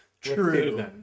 True